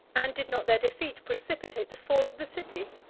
and did not their defeat precipitate the fall of the city?